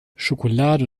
schokolade